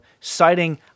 citing